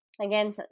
again